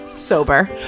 Sober